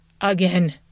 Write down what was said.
Again